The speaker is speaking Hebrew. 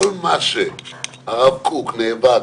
כל מה שהרב קוק נאבק בו,